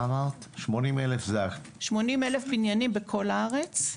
80,000 בניינים בכל הארץ,